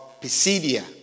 Pisidia